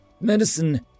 medicine